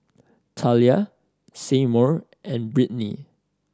Talia Seymour and Brittni